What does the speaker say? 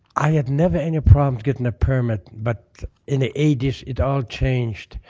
i have never any problems getting a permit but in the eighty s it all changed.